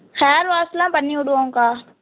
hair வாஷெலாம் பண்ணிஉடுவோங்க்கா